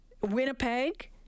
Winnipeg